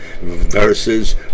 versus